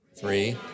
Three